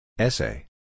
Essay